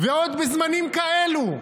ועוד בזמנים כאלו,